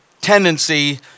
tendency